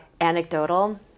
anecdotal